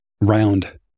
round